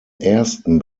ersten